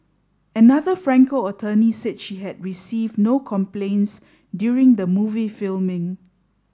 another Franco attorney said she had received no complaints during the movie filming